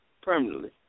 permanently